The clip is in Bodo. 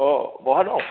अ बहा दं